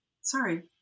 Sorry